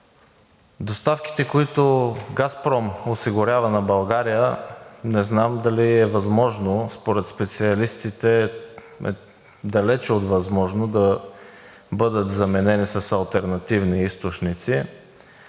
доставките, които „Газпром“ осигурява на България, не знам дали е възможно, според специалистите е далече от възможно, да бъдат заменени с алтернативни източници.